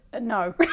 no